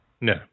No